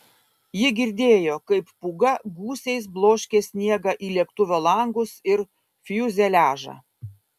ji girdėjo kaip pūga gūsiais bloškė sniegą į lėktuvo langus ir fiuzeliažą